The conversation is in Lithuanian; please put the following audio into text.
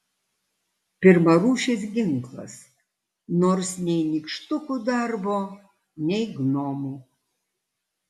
pirmarūšis ginklas nors nei nykštukų darbo nei gnomų